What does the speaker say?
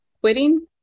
quitting